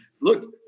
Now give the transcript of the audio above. look